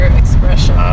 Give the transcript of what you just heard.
expression